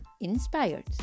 inspired